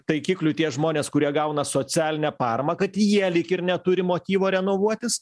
taikikliu tie žmonės kurie gauna socialinę paramą kad jie lyg ir neturi motyvo renovuotis